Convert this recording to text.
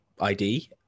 ID